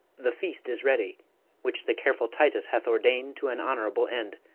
the feast is ready which the careful titus hath ordain'd to an honourable end,